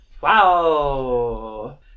Wow